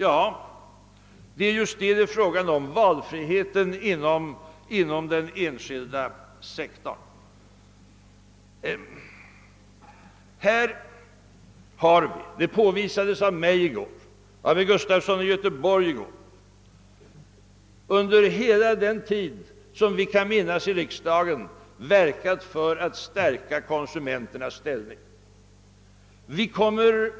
Ja, det är just fråga om valfriheten inom den enskilda sektorn. Det påvisades i går av mig och av herr Gustafson i Göteborg att folkpartiet så långt tillbaka vi kan minnas har verkat för att stärka konsumenternas ställning. Vi framför